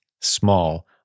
small